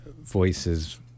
voices